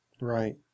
Right